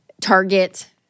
Target